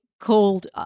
called